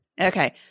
Okay